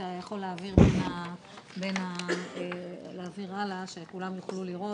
אתה יכול להעביר הלאה, שכולם יוכלו לראות.